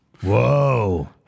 Whoa